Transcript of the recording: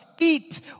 eat